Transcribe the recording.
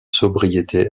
sobriété